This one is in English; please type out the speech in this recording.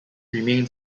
remains